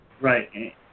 Right